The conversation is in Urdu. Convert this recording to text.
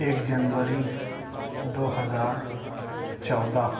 ایک جنوری دو ہزار چودہ